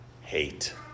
Hate